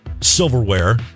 silverware